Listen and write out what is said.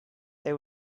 they